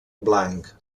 blanc